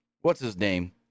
what's-his-name